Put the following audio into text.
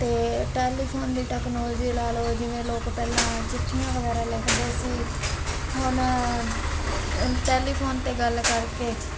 ਅਤੇ ਟੈਲੀਫੋਨ ਦੀ ਟੈਕਨੋਲਜੀ ਲਾ ਲਓ ਜਿਵੇਂ ਲੋਕ ਪਹਿਲਾਂ ਚਿੱਠੀਆਂ ਵਗੈਰਾ ਲਿਖਦੇ ਸੀ ਹੁਣ ਟੈਲੀਫੋਨ 'ਤੇ ਗੱਲ ਕਰਕੇ